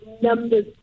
numbers